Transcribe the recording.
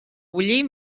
bullir